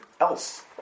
else